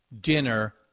dinner